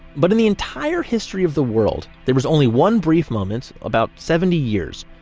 but in the entire history of the world, there is only one brief moment, about seventy years,